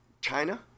China